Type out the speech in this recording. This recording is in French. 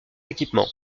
équipement